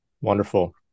Wonderful